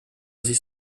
sich